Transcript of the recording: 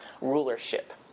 rulership